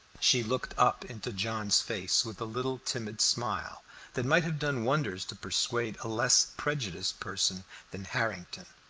she looked up into john's face with a little timid smile that might have done wonders to persuade a less prejudiced person than harrington.